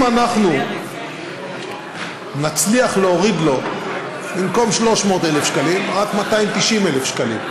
אם אנחנו נצליח להוריד לו במקום 300,000 שקלים רק 290,000 שקלים,